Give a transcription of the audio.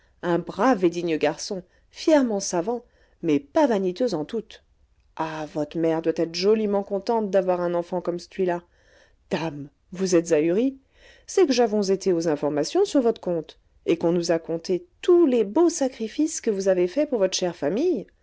un brave et digne garçon fièrement savant mais pas vaniteux en toute ah vot'mère doit êt'joliment contente d'avoir un enfant comme çtui là dame vous êtes ahuri c'est qu'j'avons été aux informations sur vot'compte et qu'on nous a conté tous les beaux sacrifices que vous avez faits pour vot'chère famille